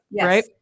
right